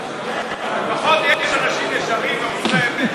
לפחות יש אנשים ישרים שאומרים את האמת.